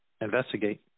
investigate